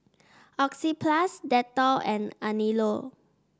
Oxyplus Dettol and Anello